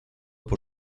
por